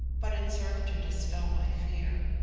but it served to dispel my fear.